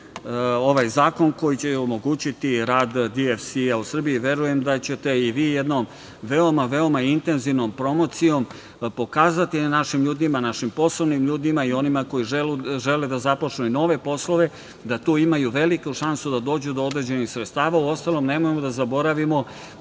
ovaj zakon koji će omogućiti i rad DFC u Srbiji. Verujem da ćete i vi jednom veoma veoma intenzivnom promocijom pokazati našim ljudima, našim poslovnim ljudima i onima koji žele da započnu nove poslove da tu imaju veliku šansu da dođu do određenih sredstava. Uostalom, nemojmo da zaboravimo